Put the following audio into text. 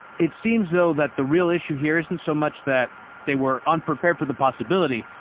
it seems though that the real issue here isn't so much that they were unprepared for the possibility,